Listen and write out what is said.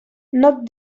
not